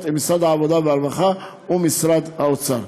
עם משרד העבודה והרווחה ומשרד האוצר.